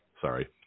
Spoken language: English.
Sorry